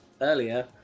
earlier